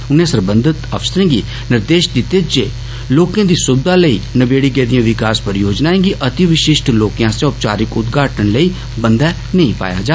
इनें सरबन्घ अफसरें गी निर्देश दिते जे लोकें गी सुविघा लेई नबेडी गेदिएं विकास परियोजनाएं गी अतिविशिष्ट लोकें आस्सेआ ओपचारिक उदघाटन लेई बन्दै नेई पाया जा